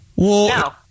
No